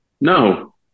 No